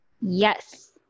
Yes